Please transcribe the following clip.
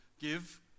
Give